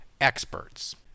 experts